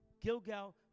Gilgal